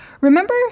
remember